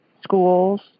schools